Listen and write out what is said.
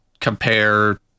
compare